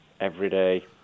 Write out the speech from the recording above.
everyday